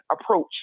approach